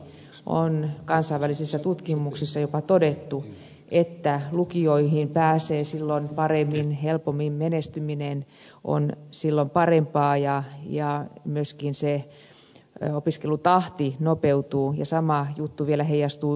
on kansainvälisissä tutkimuksissa jopa todettu että lukioihin pääsee silloin helpommin menestyminen on silloin parempaa ja myöskin se opiskelutahti nopeutuu ja sama juttu vielä heijastuu yliopistoissakin